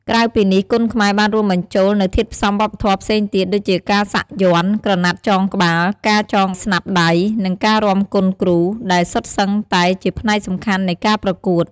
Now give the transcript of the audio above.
ក្រៅពីនេះ គុនខ្មែរបានរួមបញ្ចូលនូវធាតុផ្សំវប្បធម៌ផ្សេងទៀត ដូចជាការសាក់យ័ន្ត ក្រណាត់ចងក្បាល ការចងស្នាប់ដៃ និងការរាំគុនគ្រូ ដែលសុទ្ធសឹងតែជាផ្នែកសំខាន់នៃការប្រកួត។